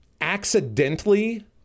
accidentally